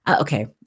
Okay